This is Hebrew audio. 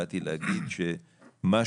אבל באתי להגיד שאני מאוד מקווה שאתה